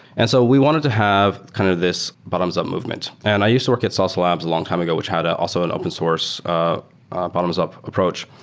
and so we wanted to have kind of this bottoms-up movement. and i used to work at sauce labs a long time ago which had also an open source bottoms-up approach,